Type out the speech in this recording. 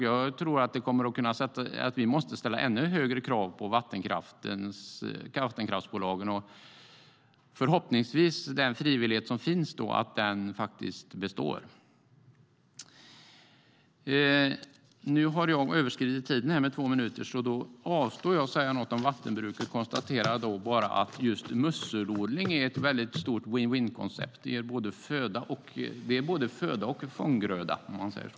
Jag tror att vi måste ställa ännu högre krav på vattenkraftsbolagen. Förhoppningsvis ska den frivillighet som finns bestå. Jag har överskridit min talartid med två minuter, så jag avstår från att säga något om vattenbruket och konstaterar bara att just musselodling är ett stort win-win-koncept. Det ger både föda och fånggröda, om man säger så.